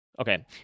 Okay